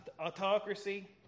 autocracy